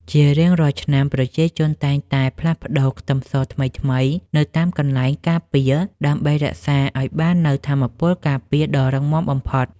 ជារៀងរាល់ឆ្នាំប្រជាជនតែងតែផ្លាស់ប្តូរខ្ទឹមសថ្មីៗនៅតាមកន្លែងការពារដើម្បីរក្សាឱ្យបាននូវថាមពលការពារដ៏រឹងមាំបំផុត។